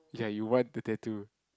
ya you want to tattoo